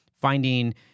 finding